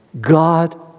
God